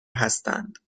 هستند